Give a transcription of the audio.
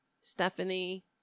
Stephanie